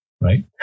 right